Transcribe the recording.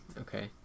okay